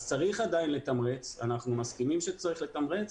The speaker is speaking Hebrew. אז צריך עדיין לתמרץ, אנחנו מסכימים שצריך לתמרץ,